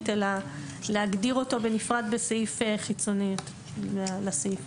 אלא להגדיר אותו בנפרד בסעיף חיצוני לסעיף.